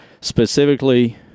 specifically